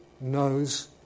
knows